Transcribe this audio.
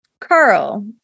Carl